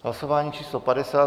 Hlasování číslo 50.